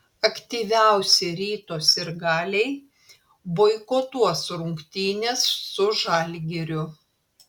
aktyviausi ryto sirgaliai boikotuos rungtynes su žalgiriu